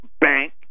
bank